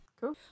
cool